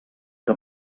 que